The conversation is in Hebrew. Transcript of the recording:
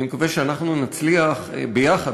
אני מקווה שאנחנו נצליח ביחד,